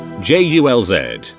J-U-L-Z